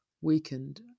weakened